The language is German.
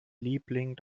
liebling